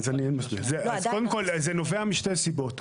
קודם כל זה נובע משתי סיבות.